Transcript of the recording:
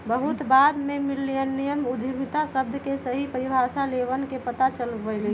बहुत बाद में मिल्लेनियल उद्यमिता शब्द के सही परिभाषा लोगवन के पता चल पईलय